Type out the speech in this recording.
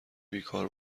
بیکار